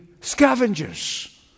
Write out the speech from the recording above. scavengers